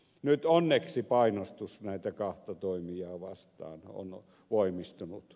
nyt onneksi painostus näitä kahta toimijaa vastaan on voimistunut